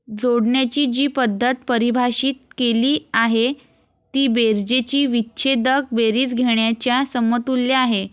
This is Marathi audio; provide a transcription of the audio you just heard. जोडण्याची जी पद्धत परिभाषित केली आहे ती बेरजेची विच्छेदक बेरीज घेण्याच्या समतुल्य आहे